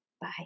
Bye